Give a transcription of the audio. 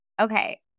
Okay